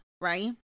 right